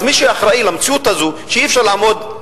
אז מי שאחראי למציאות הזאת שאי-אפשר לעמוד,